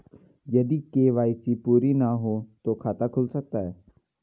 यदि के.वाई.सी पूरी ना हो तो खाता खुल सकता है?